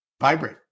vibrate